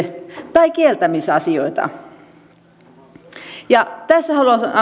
tai kieltämisasioita tässä haluan